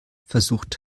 versucht